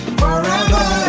forever